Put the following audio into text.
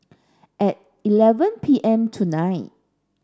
at eleven P M tonight